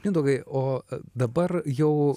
mindaugai o dabar jau